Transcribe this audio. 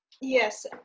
Yes